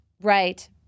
Right